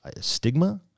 stigma